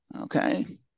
okay